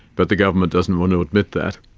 but the government doesn't want to admit that.